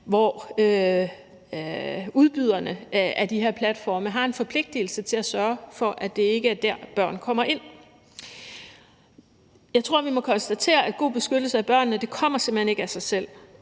hvor udbyderne af de her platforme har en særlig forpligtelse til at sørge for, at det ikke er der, børn kommer ind. Jeg tror, vi må konstatere, at god beskyttelse af børnene ikke kommer af sig selv,